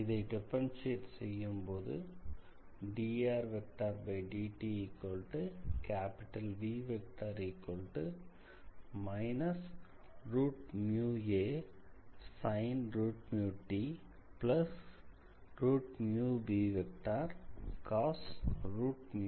இதை டிஃபரண்ஷியேட் செய்யும் போது drdtV−asintbcost என அடைகிறோம்